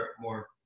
more